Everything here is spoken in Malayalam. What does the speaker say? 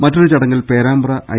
മറ്റൊരു ചടങ്ങിൽ പേരാമ്പ്ര ഐ